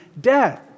death